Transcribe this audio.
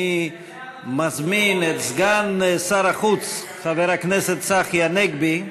אני מזמין את סגן שר החוץ חבר הכנסת צחי הנגבי.